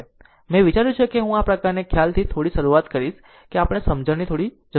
મેં વિચાર્યું કે હું આ પ્રકારની ખ્યાલથી થોડી શરૂઆત કરીશ કે આપણી સમજણ થોડી વધુ સારી રીતે જાણીતી હશે